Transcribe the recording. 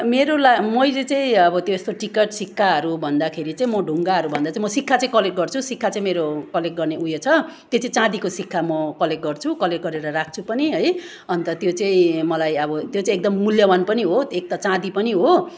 मेरो ला मैले चाहिँ अब त्यस्तो टिकट सिक्काहरू भन्दाखेरि चाहिँ म ढुङ्गाहरूभन्दा चाहिँ म सिक्का चाहिँ कलेक्ट गर्छु सिक्का चाहिँ मेरो कलेक्ट गर्ने उयो छ त्यो चाहिँ चाँदीको सिक्का म कलेक्ट गर्छु कलेक्ट गरेर राख्छु पनि है अन्त त्यो चाहिँ मलाई अब त्यो चाहिँ एकदम मूल्यवान पनि हो एक त चाँदी पनि हो